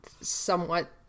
somewhat